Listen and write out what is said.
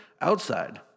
outside